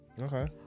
Okay